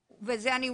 בנוסף,